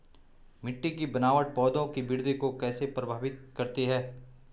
मिट्टी की बनावट पौधों की वृद्धि को कैसे प्रभावित करती है?